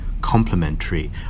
complementary